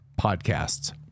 podcasts